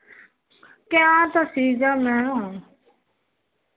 ਕਿਹਾ ਤਾਂ ਸੀਗਾ ਮੈਂ